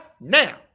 now